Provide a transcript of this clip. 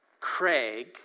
Craig